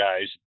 guys